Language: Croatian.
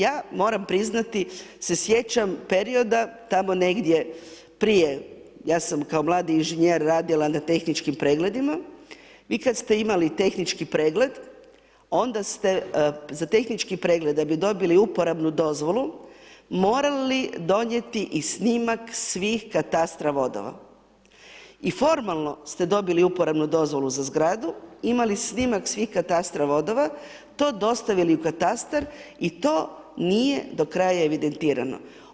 Ja moram priznati, se sjećam, perioda, tamo negdje prije, ja sam kao mladi inženjer radila na tehničkim pregledima, vi kad ste imali tehnički pregled, onda ste za tehnički pregled da bi dobili Uporabnu dozvolu, morali donijeti i snimak svih katastra vodova i formalno ste dobili Uporabnu dozvolu za zgradu imali snimak svih katastra vodova, to dostavili u katastar i to nije do kraja evidentirano.